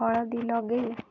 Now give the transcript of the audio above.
ହଳଦୀ ଲଗେଇ